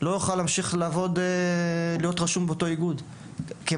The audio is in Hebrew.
לא יכול להמשיך ולהיות רשום באותו איגוד כמאמן.